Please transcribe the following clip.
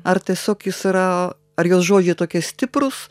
ar tiesiog jis yra ar jos žodžiai tokie stiprūs